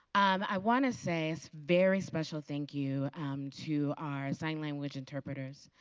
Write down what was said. um i want to say a very special thank you to our sign language interpreters.